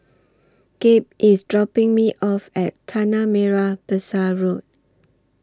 Gabe IS dropping Me off At Tanah Merah Besar Road